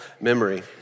memory